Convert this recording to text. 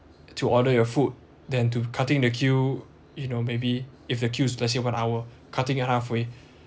to order your food than to cutting the queue you know maybe if the queue let's say one hour cutting it halfway